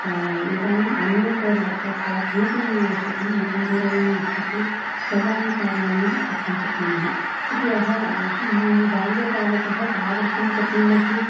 इदानाम् अन्यत् लाप्टाप् वा किमपि न अवश्यकम् एकं दूरवाणी अस्ति चेत् सर्वाणि कार्याणि कर्तुं शक्नुम इति अह अहं मम बाल्यकालत तादृशं टेक्नोलजि